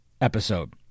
episode